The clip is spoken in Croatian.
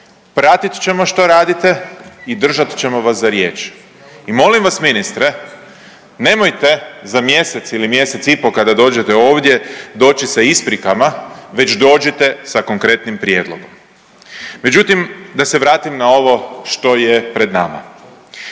Pratit ćemo što radite i držat ćemo vas za riječ. I molim vas ministre nemojte za mjesec ili mjesec i pol kada dođete ovdje doći sa isprikama već dođite sa konkretnim prijedlogom. Međutim, da se vratim na ovo što je pred nama.